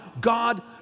God